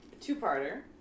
two-parter